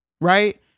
right